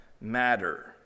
matter